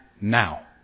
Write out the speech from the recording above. now